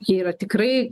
ji yra tikrai